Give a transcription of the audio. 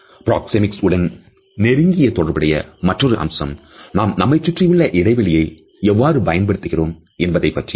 proxemics உடன் நெருங்கிய தொடர்புடைய மற்றொரு அம்சம் நாம் நம்மைச் சுற்றி உள்ள இடைவெளியை எவ்வாறு பயன்படுத்துகிறோம் என்பதைப் பற்றியது